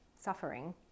suffering